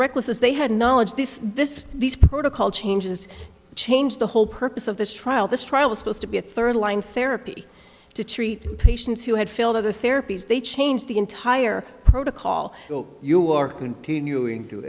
recklessness they had knowledge this this these protocol changes change the whole purpose of this trial this trial was supposed to be a third line therapy to treat patients who had failed other therapies they changed the entire protocol you are continuing to